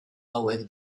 hauek